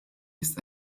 ist